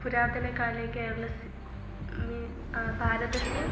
पुरातनकाले केरलस्य भारतस्य